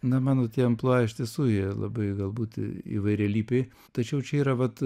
na mano amplua iš tiesų jie labai galbūt įvairialypiai tačiau čia yra vat